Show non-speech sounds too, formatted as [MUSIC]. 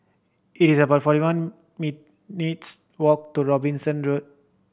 it's about forty one [UNINTELLIGIBLE] meets walk to Robinson Road